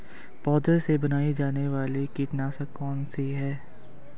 पौधों से बनाई जाने वाली कीटनाशक कौन सी है?